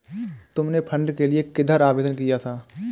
तुमने फंड के लिए किधर आवेदन किया था?